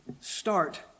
Start